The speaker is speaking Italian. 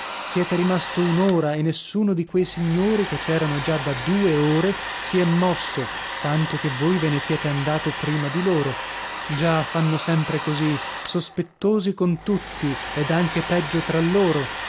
siete rimasto un'ora e nessuno di quei signori che c'erano già da due ore si è mosso tanto che voi ve ne siete andato prima di loro già fanno sempre così sospettosi con tutti ed anche peggio tra loro